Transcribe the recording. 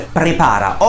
prepara